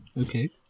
Okay